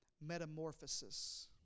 metamorphosis